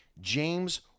James